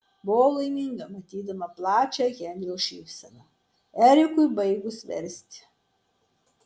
buvau laiminga matydama plačią henrio šypseną erikui baigus versti